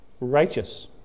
righteous